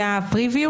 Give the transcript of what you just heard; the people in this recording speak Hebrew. זה הפריביו?